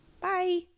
bye